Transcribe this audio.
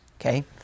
Okay